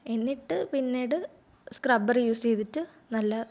എന്നിട്ട് പിന്നീട് scrubber use ചെയ്തിട്ട് നല്ല